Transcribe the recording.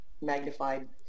magnified